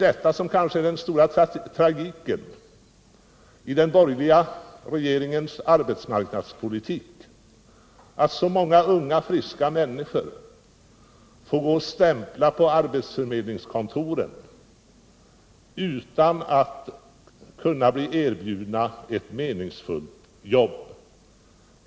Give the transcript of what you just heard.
Den stora tragiken i den borgerliga regeringens arbetsmarknadspolitik är att så många unga friska människor får gå och stämpla på arbetsförmedlingskontoren utan att kunna få ett meningsfullt jobb.